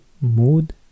Mood